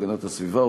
הגנת הסביבה,